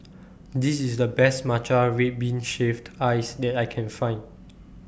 This IS The Best Matcha Red Bean Shaved Ice that I Can Find